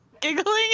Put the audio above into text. Giggling